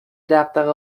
دغدغه